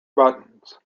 buttons